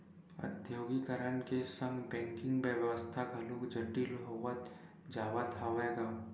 औद्योगीकरन के संग बेंकिग बेवस्था घलोक जटिल होवत जावत हवय गा